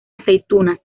aceitunas